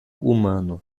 humano